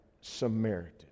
Samaritan